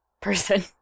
person